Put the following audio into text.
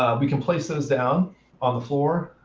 ah we can place those down on the floor.